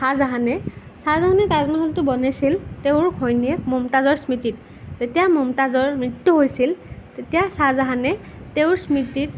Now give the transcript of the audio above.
চাহজাহানে চাহজাহানে তাজ মহলটো বনাইছিল তেওঁৰ ঘৈণীয়েক মমতাজৰ স্মৃতিত যেতিয়া মমতাজৰ মৃত্যু হৈছিল তেতিয়া চাহজাহানে তেওঁৰ স্মৃতিত